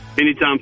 Anytime